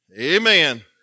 Amen